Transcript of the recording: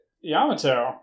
Yamato